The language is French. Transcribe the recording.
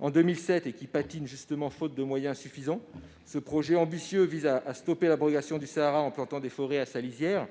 en 2007 et qui patine, faute de moyens suffisants. Ce projet ambitieux vise à stopper la progression du Sahara en plantant des forêts à sa lisière.